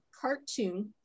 cartoon